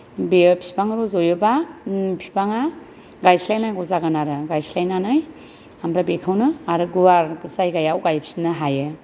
बेयो बिफां रजयोब्ला बिफाङा गायस्लायनांगौ जागोन आरो गायस्लायनानै ओमफ्राय बेखौनो आरो गुवार जायगायाव गायफिननो हायो